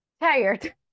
tired